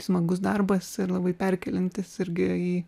smagus darbas ir labai perkeliantis irgi į